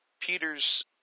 Peter's